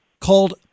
called